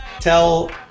tell